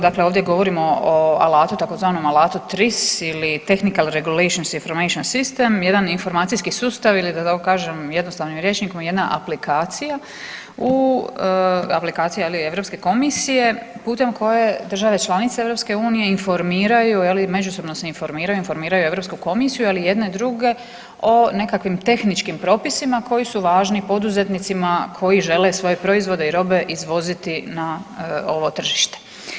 Dakle, ovdje govorimo o alatu, tzv. alatu TRIS ili Technical Regulations Information System, jedan informacijski sustav ili da tako kažem jednostavnim rječnikom jedna aplikacija u, aplikacija je li Europske komisije putem koje države članice EU informiraju je li međusobno se informiraju, informiraju Europsku komisiju, ali i jedne druge o nekakvim tehničkim propisima koji su važni poduzetnicima koji žele svoje proizvode i robe izvoziti na ovo tržište.